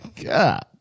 God